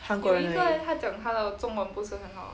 韩国人而已